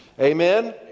Amen